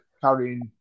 carrying